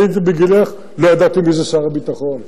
כשהייתי בגילך לא ידעתי מי זה שר הביטחון,